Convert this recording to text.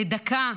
לדקה,